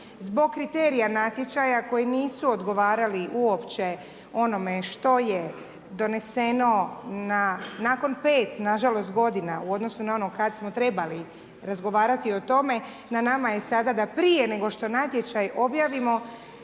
zbog kriterija natječaja koji nisu odgovarali uopće onome što je doneseno nakon 5, nažalost, godina u odnosu na ono kad smo trebali razgovarati o tome, na nama je sada da prije nego što natječaj objavimo